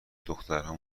دخترها